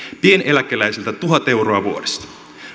pieneläkeläiseltä tuhat euroa vuodessa